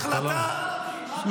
החלטה 1701,